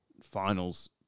finals